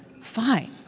fine